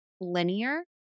linear